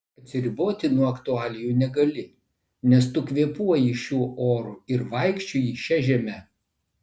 atsiriboti nuo aktualijų negali nes tu kvėpuoji šiuo oru ir vaikščioji šia žeme